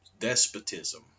despotism